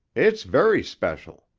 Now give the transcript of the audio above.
it's very special.